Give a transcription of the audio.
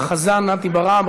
החזן נתי ברעם.